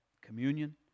communion